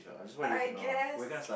I guess